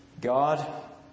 God